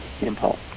impulse